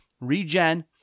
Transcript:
Regen